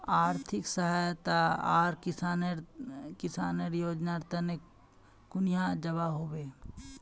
आर्थिक सहायता आर किसानेर योजना तने कुनियाँ जबा होबे?